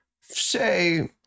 say